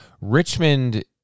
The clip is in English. Richmond